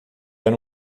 era